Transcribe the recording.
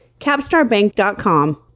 capstarbank.com